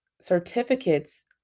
certificates